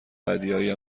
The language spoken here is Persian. بدیهایی